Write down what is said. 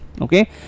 okay